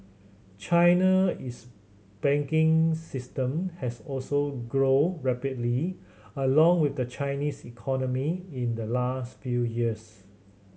China is banking system has also grown rapidly along with the Chinese economy in the last few years